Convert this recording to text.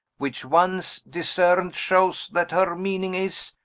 which once discern'd, shewes that her meaning is,